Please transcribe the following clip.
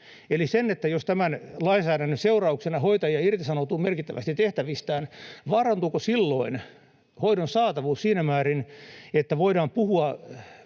että jos tämän lainsäädännön seurauksena hoitajia irtisanoutuu merkittävästi tehtävistään, vaarantuuko silloin hoidon saatavuus siinä määrin, että voidaan puhua